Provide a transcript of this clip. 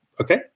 okay